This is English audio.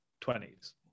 20s